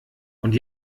und